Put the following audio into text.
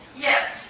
Yes